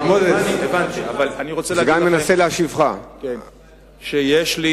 הרב מוזס, הבנתי, אבל אני רוצה להגיד לך שיש לי